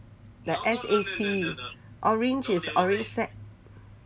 the S A C orange is orange sac